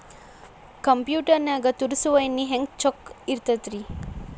Computer ನಾಗ ತರುಸುವ ಎಣ್ಣಿ ಹೆಂಗ್ ಚೊಕ್ಕ ಇರತ್ತ ರಿ?